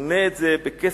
וקונה את זה בכסף,